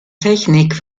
technik